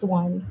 one